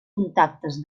contactes